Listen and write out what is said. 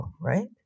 right